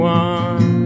one